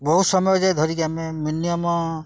ବହୁତ ସମୟ ଯାଏ ଧରିକି ଆମେ ମିନିମମ୍